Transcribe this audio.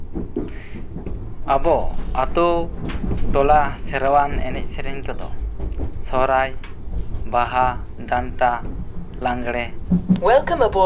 ᱟᱵᱚ ᱟᱹᱛᱩ ᱴᱚᱞᱟ ᱥᱮᱨᱣᱟ ᱣᱟᱱ ᱮᱱᱮᱡᱼᱥᱮᱹᱨᱮᱹᱧ ᱠᱚᱫᱚ ᱥᱚᱦᱨᱟᱭ ᱵᱟᱦᱟ ᱰᱟᱱᱴᱟ ᱞᱟᱸᱜᱽᱬᱮ